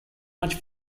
much